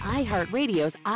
iHeartRadio's